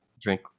drink